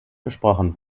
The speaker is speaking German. besprochen